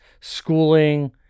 schooling